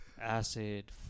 acid